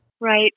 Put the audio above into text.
Right